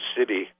city